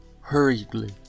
hurriedly